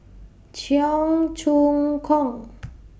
Cheong Choong Kong